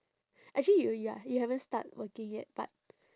actually you ya you haven't start working yet but